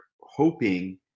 hoping –